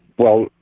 well,